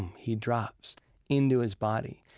he drops into his body.